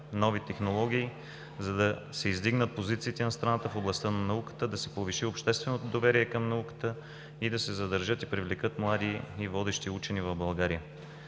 нови технологии, за да се издигнат позициите на страната в областта на науката, да се повиши общественото доверие към науката и да се задържат и привлекат млади и водещи учени в България.